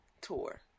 tour